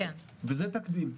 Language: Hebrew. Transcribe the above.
וזה תקדים,